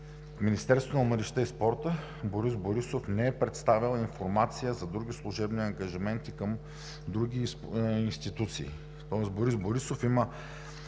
Министерството на младежта и спорта Борис Борисов не е представял информация за други служебни ангажименти към други институции. Борис Борисов има